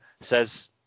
says